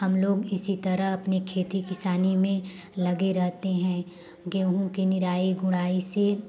हम लोग इसी तरह अपने खेती किसानी में लगे रहते हैं गेहूं की निराई गुड़ाई से